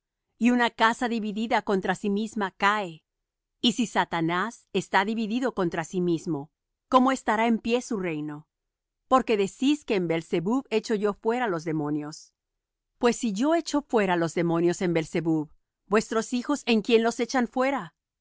y una casa dividida contra sí misma cae y si también satanás está dividido contra sí mismo cómo estará en pie su reino porque decís que en beelzebub echo yo fuera los demonios pues si yo echo fuera los demonios en beelzebub vuestros hijos en quién los echan fuera